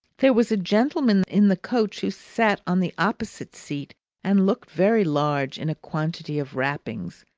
there was a gentleman in the coach who sat on the opposite seat and looked very large in a quantity of wrappings,